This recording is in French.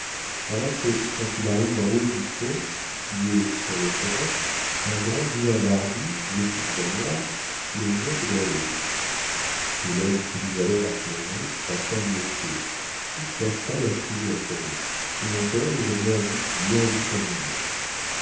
voilà que quand il arrive en haut du pont qui est sur le torrent un grand vilain barbu vêtu tout en noir le jette dans l'eau hélène s'est mise alors à pleurer à sangloter toute la salle a crié après nous et mon père nous a bien vite bien vite emmenés